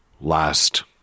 last